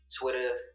Twitter